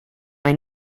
bei